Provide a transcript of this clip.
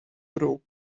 broke